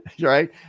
right